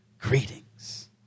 Greetings